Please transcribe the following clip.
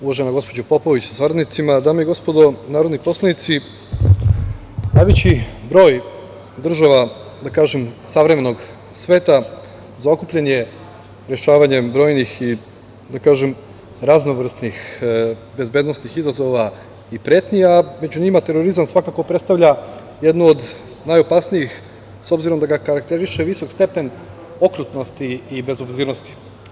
Uvažena gospođo Popović, sa saradnicima, dame i gospodo narodni poslanici, najveći broj država, da kažem, savremenog sveta zaokupljen je rešavanjem brojnih i raznovrsnih bezbednosnih izazova i pretnji, a među njima terorizam svakako predstavlja jednu od najopasnijih, s obzirom da ga karakteriše visok stepen okrutnosti i bezobzirnosti.